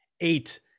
eight